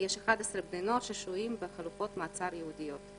יש 11 בני נוער ששוהים בחלופות מעצר ייעודיות.